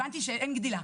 הבנתי שאין גדילה.